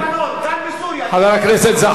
גם במצרים, גם בלבנון, גם בסוריה.